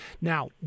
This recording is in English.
Now